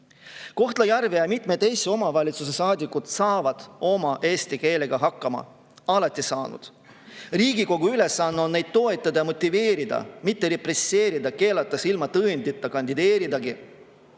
Kohtla-Järve ja mitme teise omavalitsuse saadikud saavad oma eesti keelega hakkama. Alati on saanud. Riigikogu ülesanne on neid toetada ja motiveerida, mitte represseerida, keelates ilma tõendita kandideerida.